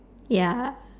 ya